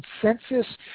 consensus